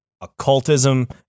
occultism